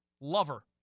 Lover